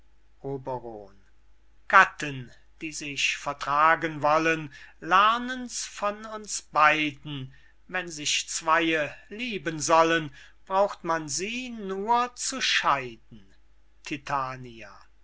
die sich vertragen wollen lernen's von uns beyden wenn sich zweye lieben sollen braucht man sie nur zu scheiden